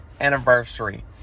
anniversary